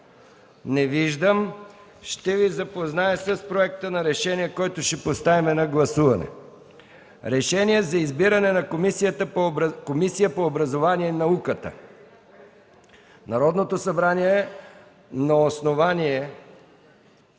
Не виждам. Ще Ви запозная с Проекта за решение, който ще поставя на гласуване: „РЕШЕНИЕ за избиране на Комисия по образованието и науката Народното събрание на основание